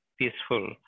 peaceful